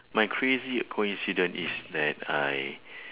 my crazy coincidence is that I